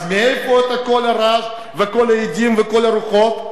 אז מאיפה כל הרעש וכל ההדים וכל הרוחות?